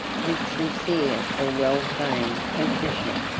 with sincere or well-feigned contrition,